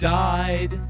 died